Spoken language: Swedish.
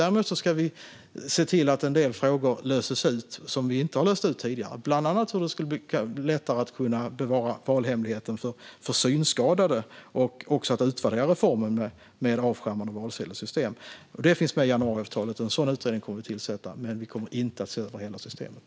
Däremot ska vi se till att lösa en del frågor som vi inte har löst tidigare, bland annat hur det ska bli lättare att bevara valhemligheten för synskadade. Vi ska också utvärdera reformen med avskärmade valsedelssystem. Detta finns med i januariavtalet, och vi kommer att tillsätta en sådan utredning. Vi kommer dock inte att se över hela systemet.